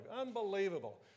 Unbelievable